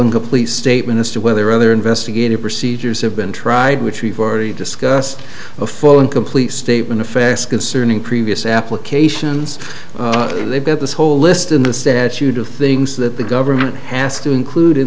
and complete statement as to whether other investigative procedures have been tried which we've already discussed a full and complete statement of fast concerning previous applications they've got this whole list in the statute of things that the government has to include in